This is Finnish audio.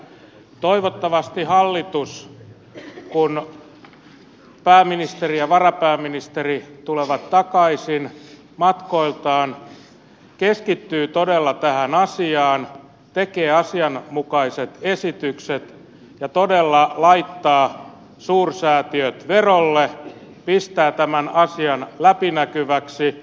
toivottavasti hallitus kun pääministeri ja varapääministeri tulevat takaisin matkoiltaan keskittyy todella tähän asiaan tekee asianmukaiset esitykset ja todella laittaa suursäätiöt verolle pistää tämä asian läpinäkyväksi